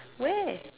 where